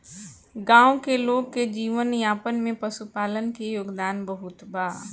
गाँव के लोग के जीवन यापन में पशुपालन के योगदान बहुत बा